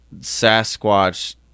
sasquatch